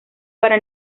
para